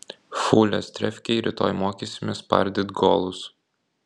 fulės trefkėj rytoj mokysimės spardyt golus